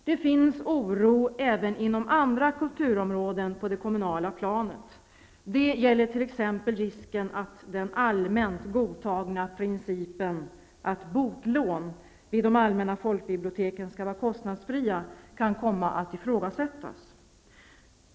Det finns oro även inom andra kulturområden på det kommunala planet. Det gäller t.ex. risken att den allmänt godtagna principen att boklån vid de allmänna folkbiblioteken skall vara kostnadsfria kan komma att ifrågasättas.